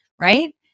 right